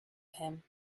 him